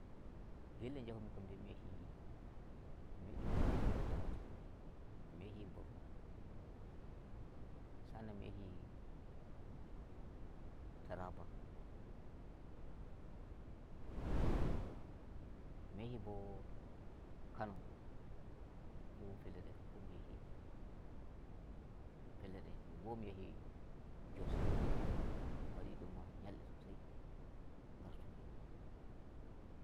Fellel njahu mi dei kam mi yahi mi medi mi yaha Damaturu, mi yahi Borno, sa'an nan mi yahi Taraba, mi yahi bo Kano. Fu fellel de kam mi yahi de. Felle de bo mi yahi Jos mi wadi don ma nyalde sosai ngartu mi.